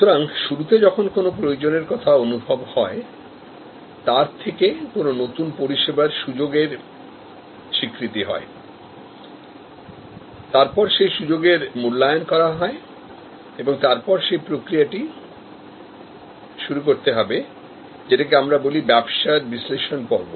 সুতরাং শুরুতে যখন কোনো প্রয়োজনের কথা অনুভব হয় তার থেকে কোনো নতুন পরিষেবার সুযোগের স্বীকৃত হয় তারপর সেই সুযোগ এর মূল্যায়ন করা হয়এবং তারপর সেই প্রক্রিয়াটি শুরু করতে হবে যেটাকে আমরা বলি ব্যবসার বিশ্লেষণ পর্ব